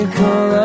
call